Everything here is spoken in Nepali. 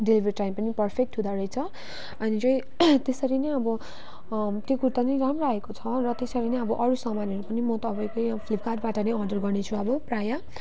डेलिभर टाइम पनि पर्फेक्ट हुँदो रहेछ अनि चाहिँ त्यसरी नै अब त्यो कुर्ता नि राम्रो आएको छ र त्यसरी नै अब अरू सामानहरू पनि म तपाईँकै फ्लिपकार्टबाट नै अर्डर गर्नेछु अब प्राय